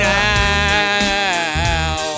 now